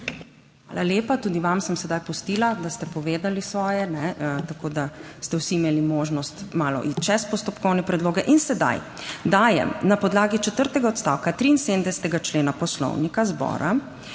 Hvala lepa. Tudi vam sem sedaj pustila, da ste povedali svoje, tako da ste vsi imeli možnost malo iti čez postopkovne predloge. In sedaj dajem na podlagi četrtega odstavka 73. člena Poslovnika zbora